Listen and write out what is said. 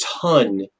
ton